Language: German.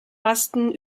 masten